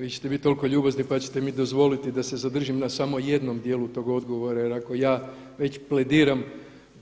Vi ćete biti toliko ljubazni pa ćete mi dozvoliti da se zadržim na samo jednom dijelu toga odgovora jer ako ja već plediram